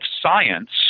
science